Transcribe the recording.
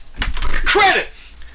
Credits